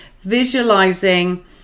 visualizing